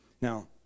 Now